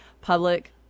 public